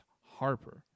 Harper